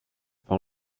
par